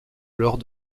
lors